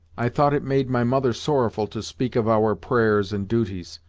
i thought it made my mother sorrowful to speak of our prayers and duties,